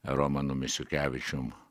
romanu misiukevičium